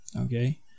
okay